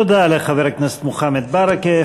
תודה לחבר הכנסת מוחמד ברכה.